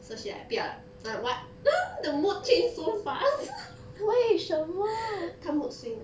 so she like 不要 lah I like what the mood change so fast 他 mood swing